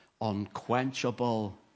unquenchable